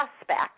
suspect